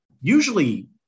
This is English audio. Usually